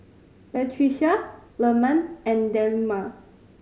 Batrisya Leman and Delima